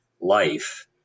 life